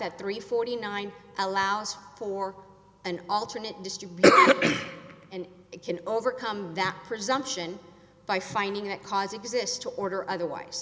that three forty nine allows for an alternate district and it can overcome that presumption by finding a cause exists to order otherwise